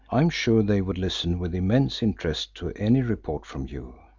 i am sure they would listen with immense interest to any report from you.